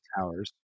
towers